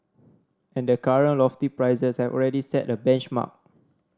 and the current lofty prices have already set a benchmark